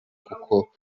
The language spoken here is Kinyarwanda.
kuko